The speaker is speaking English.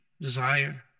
desire